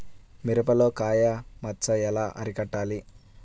మిరపలో కాయ మచ్చ ఎలా అరికట్టాలి?